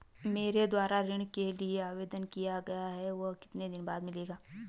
मेरे द्वारा ऋण के लिए आवेदन किया गया है वह कितने दिन बाद मिलेगा?